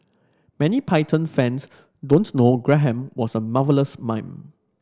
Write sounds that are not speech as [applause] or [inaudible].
many Python fans [unintelligible] know Graham was a marvellous mime